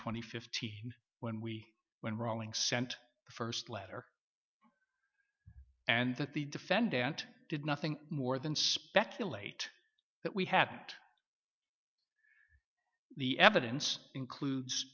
twenty fifty when we when rawlings sent the first letter and that the defendant did nothing more than speculate that we had the evidence includes